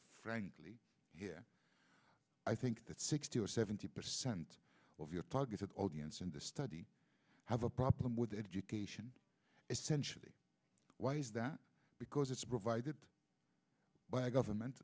frankly here i think that sixty or seventy percent of your targeted audience in the study have a problem with education essentially why is that because it's provided by a government